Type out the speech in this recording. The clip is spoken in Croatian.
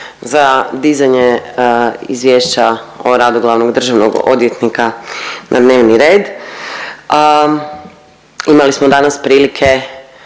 za dizanje Izvješća o radu glavnog državnog odvjetnika na dnevni red imali smo danas prilike